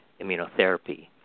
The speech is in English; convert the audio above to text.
immunotherapy